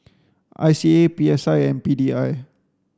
I C A P S I and P D I